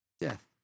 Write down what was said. death